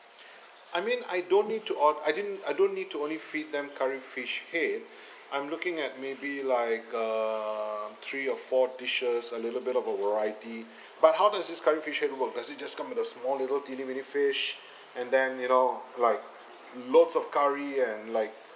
I mean I don't need to ord~ I didn't I don't need to only feed them curry fish head I'm looking at maybe like um three or four dishes a little bit of a variety but how does this curry fish head work does it come in the small little teeny weeny fish and then you know like loads of curry and like